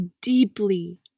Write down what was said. deeply